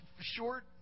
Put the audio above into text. short